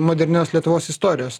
modernios lietuvos istorijos